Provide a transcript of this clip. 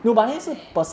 !wah! 想 eh